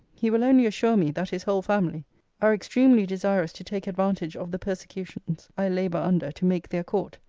he will only assure me, that his whole family are extremely desirous to take advantage of the persecutions i labour under to make their court,